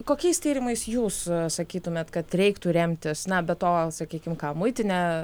kokiais tyrimais jūs sakytumėt kad reiktų remtis na be to sakykim ką muitinė